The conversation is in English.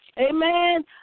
Amen